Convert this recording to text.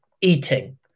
eating